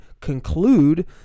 conclude